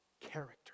character